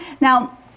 Now